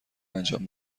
انجام